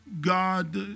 God